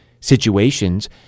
situations